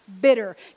bitter